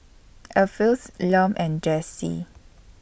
Alpheus Lum and Jesse